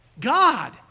God